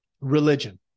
religion